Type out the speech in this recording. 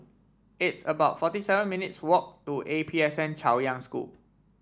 it's about forty seven minutes' walk to A P S N Chaoyang School